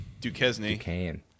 Duquesne